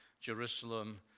Jerusalem